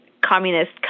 communist